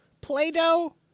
Play-Doh